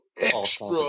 extra